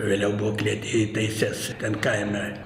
vėliau buvau klėtyje įtaisęs ten kaime